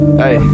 hey